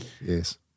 Yes